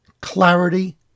clarity